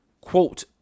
Quote